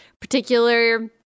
particular